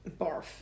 Barf